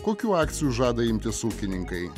kokių akcijų žada imtis ūkininkai